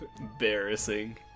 embarrassing